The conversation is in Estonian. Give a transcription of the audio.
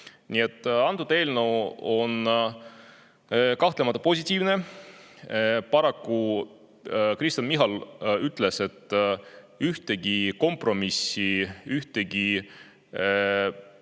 Nii et see eelnõu on kahtlemata positiivne. Paraku Kristen Michal ütles, et ühtegi kompromissi, ühtegi